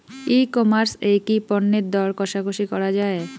ই commerce এ কি পণ্যের দর কশাকশি করা য়ায়?